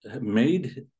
made